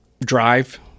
drive